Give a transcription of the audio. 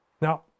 Now